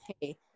hey